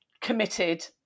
committed